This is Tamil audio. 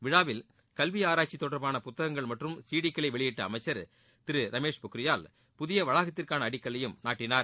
விழாவில் கல்வி புத்தகங்கள் தொடர்பான ஆராய்ச்சி மற்றம் சிடிக்களை வெளியிட்ட அமைச்சர் திரு ரமேஷ் பொக்ரியால் புதிய வளாகத்திற்கான அடிக்கல்லையும் நாட்டினார்